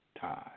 time